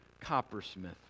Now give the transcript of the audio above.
coppersmith